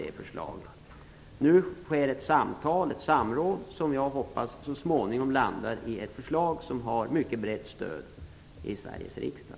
För närvarande genomförs ett samråd, som jag hoppas så småningom skall landa i ett förslag med mycket brett stöd i Sveriges riksdag.